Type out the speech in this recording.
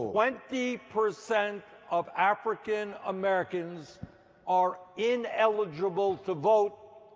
twenty percent of americans americans are in eligible to vote,